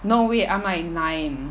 no wait I'm like nine